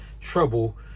Trouble